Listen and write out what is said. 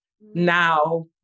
now